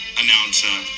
announcer